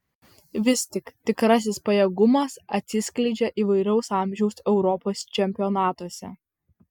vis tik tikrasis pajėgumas atsiskleidžia įvairaus amžiaus europos čempionatuose